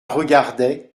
regardaient